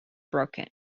broken